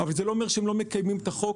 אבל זה לא אומר שהם לא מקיימים את החוק